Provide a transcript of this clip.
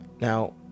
now